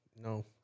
No